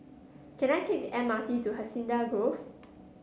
can I take the M R T to Hacienda Grove